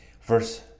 Verse